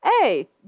Hey